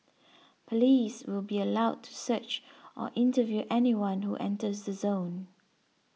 police will be allowed to search or interview anyone who enters the zone